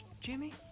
Jimmy